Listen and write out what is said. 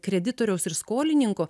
kreditoriaus ir skolininko